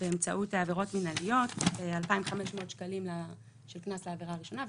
עבירות מנהליות: 2,500 שקלים קנס לעבירה הראשונה,